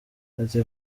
ati